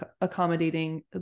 accommodating